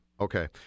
okay